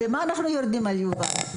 ולמה אנחנו יורדים על יובל?